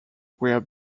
were